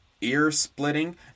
ear-splitting